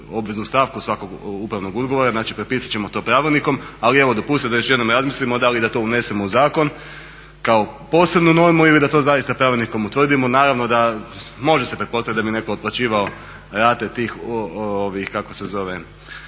obveznu stavku svakog upravnog ugovora, znači propisat ćemo to pravilnikom, ali dopustite da još jednom razmislimo da li da to unesemo u zakonu kao posebnu normu ili da to zaista pravilnikom utvrdimo. Naravno da se može pretpostaviti da im je netko otplaćivao rate tih obročnih otplata,